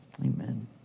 Amen